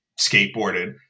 skateboarded